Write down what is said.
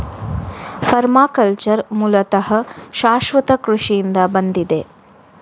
permaculture ಮೂಲತಃ ಶಾಶ್ವತ ಕೃಷಿಯಿಂದ ಬಂದಿದೆ